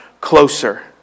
closer